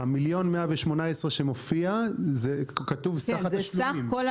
ה-1.118 שמופיע, כתוב סך התשלומים.